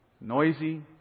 Noisy